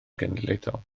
genedlaethol